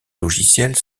logiciels